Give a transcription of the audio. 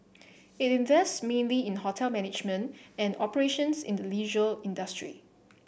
it invests mainly in hotel management and operations in the leisure industry